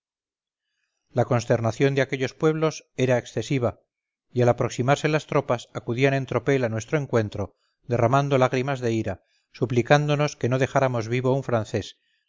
la consternación de aquellos pueblos era excesiva y al aproximarse las tropas acudían en tropel a nuestro encuentro derramando lágrimas de ira suplicándonos que no dejáramos vivo un francés